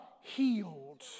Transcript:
healed